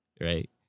Right